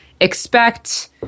expect